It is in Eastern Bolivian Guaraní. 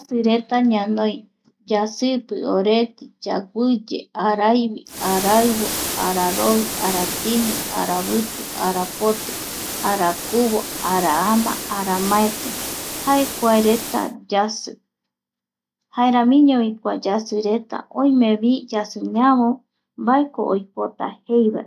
Yasireta ñanoi yasipi oreti yaguiye, araivi, araivo, araroi, aratini, aravitu, arapoti, arakuvo, araama, aramaeti, jae kuareta yasi